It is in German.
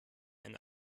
einen